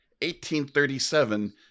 1837